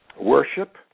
worship